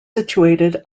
situated